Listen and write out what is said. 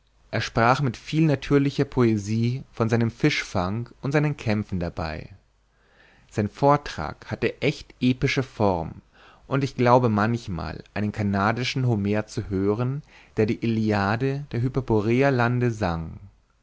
er sprach mit viel natürlicher poesie von seinem fischfang und seinen kämpfen dabei sein vortrag hatte echt epische form und ich glaubte manchmal einen canadischen homer zu hören der die iliade der hyperboreerlande sang